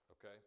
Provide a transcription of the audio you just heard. okay